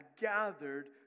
gathered